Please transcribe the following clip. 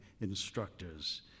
instructors